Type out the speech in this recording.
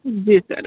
जी sir